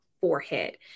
forehead